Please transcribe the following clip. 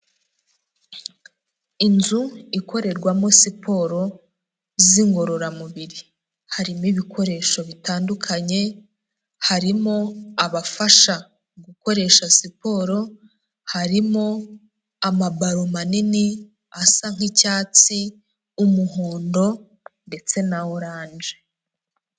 Inzu ikorerwamo siporo z'ingorororamubiri, harimo ibikoresho bitandukanye, harimo abafasha gukoresha siporo, harimo amabaro manini asa nk'icyatsi, umuhondo ndetse na orange.